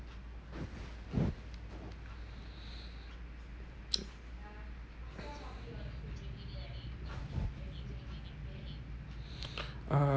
uh